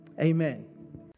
Amen